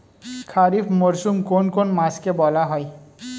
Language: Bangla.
খারিফ মরশুম কোন কোন মাসকে বলা হয়?